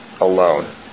alone